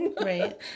Right